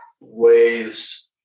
ways